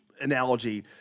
analogy –